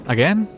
Again